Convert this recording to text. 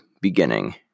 beginning